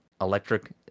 electric